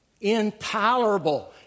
intolerable